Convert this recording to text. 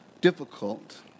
difficult